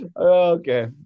Okay